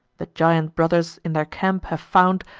the giant brothers, in their camp, have found,